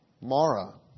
Mara